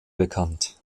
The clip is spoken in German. bekannt